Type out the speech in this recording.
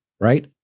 Right